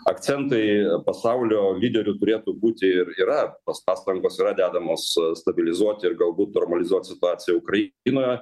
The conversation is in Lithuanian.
akcentai pasaulio lyderių turėtų būti ir yra tos pastangos yra dedamos stabilizuoti ir galbūt normalizuot situaciją ukrainoje